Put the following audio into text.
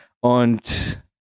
Und